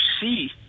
see